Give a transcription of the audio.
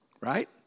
Right